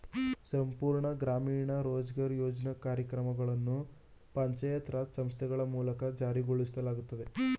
ಸಂಪೂರ್ಣ ಗ್ರಾಮೀಣ ರೋಜ್ಗಾರ್ ಯೋಜ್ನ ಕಾರ್ಯಕ್ರಮವನ್ನು ಪಂಚಾಯತ್ ರಾಜ್ ಸಂಸ್ಥೆಗಳ ಮೂಲಕ ಜಾರಿಗೊಳಿಸಲಾಗಿತ್ತು